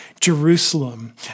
Jerusalem